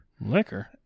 Liquor